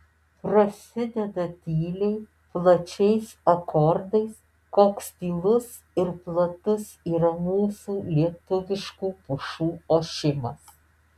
prasideda tyliai plačiais akordais koks tylus ir platus yra mūsų lietuviškų pušų ošimas